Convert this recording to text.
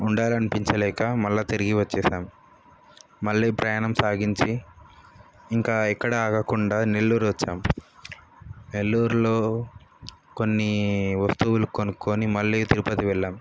ఉండాలని అనిపించలేక మళ్ళీ తిరిగి వచ్చేసాము మళ్ళీ ప్రయాణం సాగించి ఇంకా ఎక్కడా ఆగకుండా నెల్లూరు వచ్చాము నెల్లూరులో కొన్ని వస్తువులు కొనుక్కొని మళ్ళీ తిరుపతి వెళ్ళాము